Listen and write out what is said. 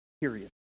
period